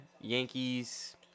Yankees